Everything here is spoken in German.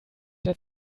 der